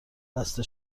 بسته